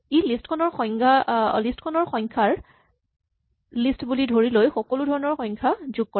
ই list খন সংখ্যাৰ list বুলি ধৰি লৈ সকলো সংখ্যা যোগ কৰে